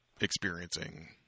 experiencing